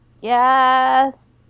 Yes